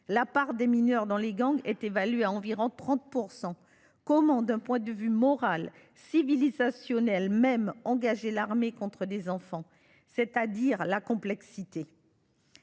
La part des mineurs dans les gangs est évaluée à environ 30 %. Comment, d’un point de vue moral, voire civilisationnel, engager l’armée contre des enfants ? C’est dire la complexité